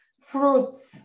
fruits